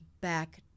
back